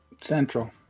Central